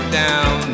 down